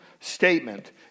statement